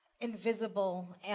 invisible